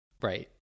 Right